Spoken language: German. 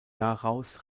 daraus